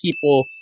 people